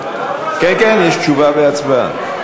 כן כן, יש תשובה והצבעה.